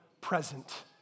present